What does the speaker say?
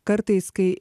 kartais kai